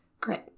Great